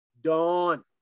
Dawn